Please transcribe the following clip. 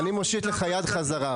אני מושיט לך יד חזרה,